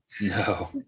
no